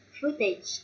footage